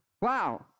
Wow